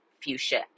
fuchsia